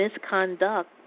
misconduct